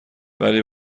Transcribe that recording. ولی